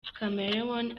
chameleone